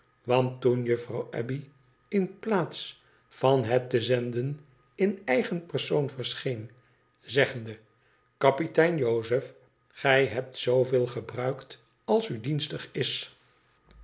want toen juffrouw abbey in plaats van het te zenden in eigen persoon verscheen zeggende kapitein jozef gij hebt zooveel gebruikt als u dienstig is